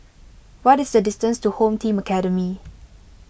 what is the distance to Home Team Academy